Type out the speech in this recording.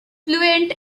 fluent